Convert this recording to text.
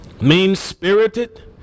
mean-spirited